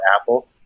Apple